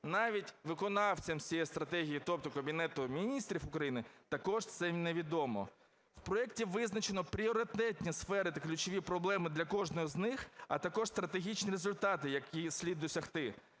навіть виконавцям цієї стратегії, тобто Кабінету Міністрів України, також це невідомо. У проекті визначено пріоритетні сфери та ключові проблеми для кожної з них, а також стратегічні результати, які слід досягти.